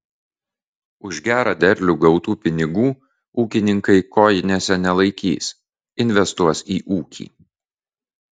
už gerą derlių gautų pinigų ūkininkai kojinėse nelaikys investuos į ūkį